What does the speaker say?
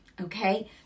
Okay